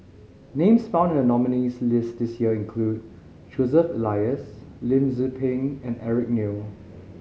names found in the nominees' list this year include Joseph Elias Lim Tze Peng and Eric Neo